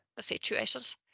situations